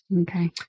Okay